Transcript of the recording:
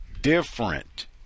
different